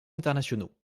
internationaux